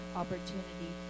opportunity